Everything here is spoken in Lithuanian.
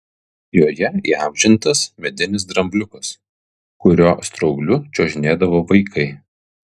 joje įamžintas medinis drambliukas kurio straubliu čiuožinėdavo vaikai